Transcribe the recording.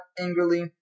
angrily